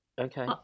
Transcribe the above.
Okay